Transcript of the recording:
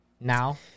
Now